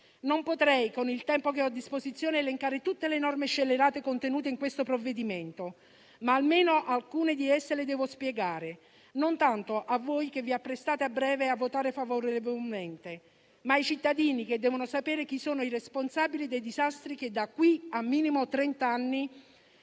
Non potrei, con il tempo che ho a disposizione, elencare tutte le norme scellerate contenute in questo provvedimento, ma almeno alcune di esse devo spiegarle, non tanto a voi che vi apprestate a breve a votare favorevolmente, quanto ai cittadini, che devono sapere chi sono i responsabili dei disastri che da qui a minimo trent'anni